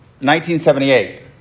1978